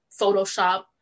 Photoshop